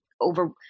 over